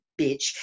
bitch